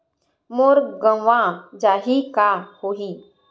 मोर गंवा जाहि का होही?